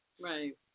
Right